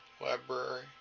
Library